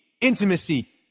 intimacy